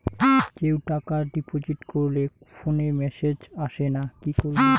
কেউ টাকা ডিপোজিট করলে ফোনে মেসেজ আসেনা কি করবো?